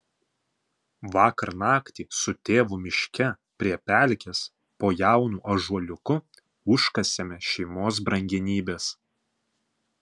vakar naktį su tėvu miške prie pelkės po jaunu ąžuoliuku užkasėme šeimos brangenybes